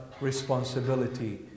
responsibility